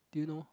do you know